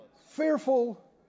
fearful